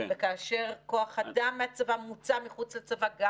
וכאשר כוח אדם מהצבא מוצא מחוץ לצבא גם